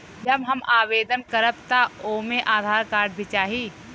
जब हम आवेदन करब त ओमे आधार कार्ड भी चाही?